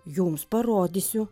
jums parodysiu